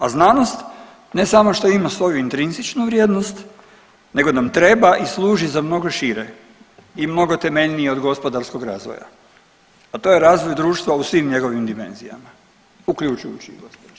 A znanost ne samo što ima svoju intrinzičnu vrijednost nego nam treba i služi za mnogo šire i mnogo temeljnije od gospodarskog razvoja, a to je razvoj društva u svim njegovim dimenzijama uključujući i gospodarstvo.